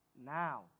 Now